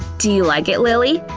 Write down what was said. do you like it, lilly?